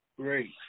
Great